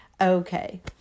Okay